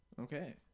Okay